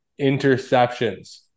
interceptions